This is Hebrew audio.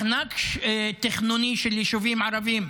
מחנק תכנוני של יישובים ערביים.